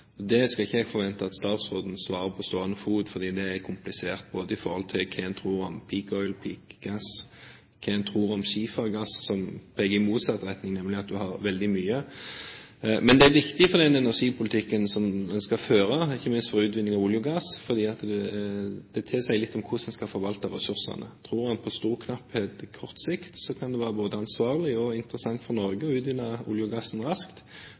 Det skal ikke jeg forvente at statsråden svarer på på stående fot, for det er komplisert både i forhold til hva en tror om «peak oil» og «peak gas», og hva en tror om skifergass, som peker i motsatt retning, nemlig at du har veldig mye. Men det er viktig for den energipolitikken som en skal føre, ikke minst for utvinning av olje og gass, fordi det sier litt om hvordan en skal forvalte ressursene. Tror han på stor knapphet på kort sikt, kan det være både ansvarlig og interessant for Norge å utvinne oljen og gassen raskt,